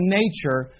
nature